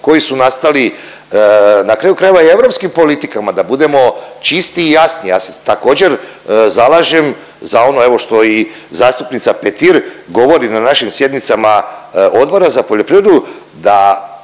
koji su nastali, na kraju krajeva i europskim politikama, da budemo čisti i jasni, ja se također, zalažem za ono, evo, što i zastupnica Petir govori na našim sjednicama Odboru za poljoprivredu,